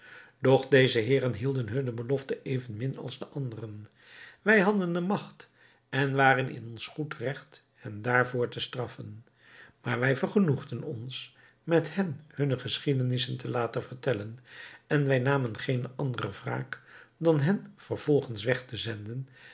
doch deze heeren hielden hunne belofte evenmin als de anderen wij hadden de magt en waren in ons goed regt hen daarvoor te straffen maar wij vergenoegden ons met hen hunne geschiedenissen te laten vertellen en wij namen geene andere wraak dan hen vervolgens weg te zenden